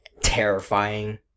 terrifying